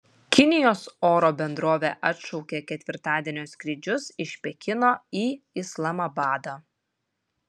kinijos oro bendrovė atšaukė ketvirtadienio skrydžius iš pekino į islamabadą